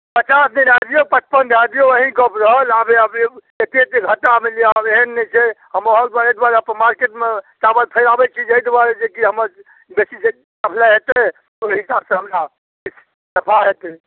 पचास नहि दऽ दिऔ पचपन दऽ दिऔ अहीँके गप रहल आब एतेक एतेक घाटा मानि लिअ आब एहन नहि छै महग परे दुआरे हम मार्केटमे चावल फैलबै छी जे एहि दुआरे जेकि हमर बेसी जे सप्लाइ हेतै ओहि हिसाबसँ हमरा किछु नफा हेतै